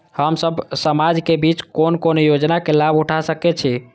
हम सब समाज के बीच कोन कोन योजना के लाभ उठा सके छी?